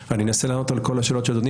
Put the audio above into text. אנסה לענות על כל השאלות של אדוני,